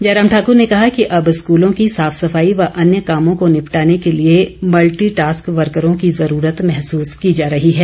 जयराम ठाकर ने कहा कि अब स्कूलों की साफ सफाई व अन्य कामों को निपटाने के लिए मल्टीटास्क वर्करों की जरूरत महसूस की जा रही है